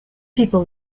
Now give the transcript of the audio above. people